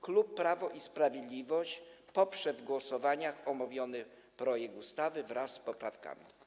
Klub Prawo i Sprawiedliwość poprze w głosowaniach omówiony projekt ustawy wraz z poprawkami.